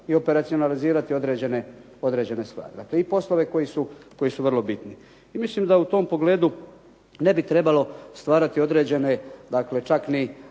i operacionalizirati određene stvari. I poslove koji su vrlo bitni. I milim da u tom pogledu ne bi trebalo stvarati određene čak ni